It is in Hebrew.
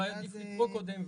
אולי עדיף לקרוא קודם,